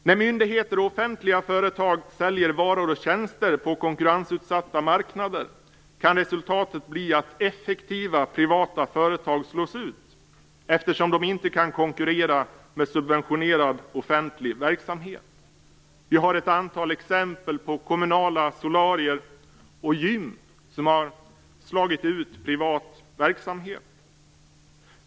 När myndigheter och offentliga företag väljer varor tjänster på konkurrensutsatta marknader kan resultatet bli att effektiva privata företag slås ut, eftersom de inte kan konkurrera med subventionerad offentlig verksamhet. Det finns ett antal exempel på kommunala solarier och gym som har slagit ut privat verksamhet.